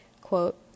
Quote